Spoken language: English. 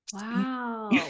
Wow